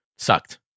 sucked